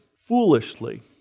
foolishly